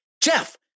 Jeff